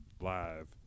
live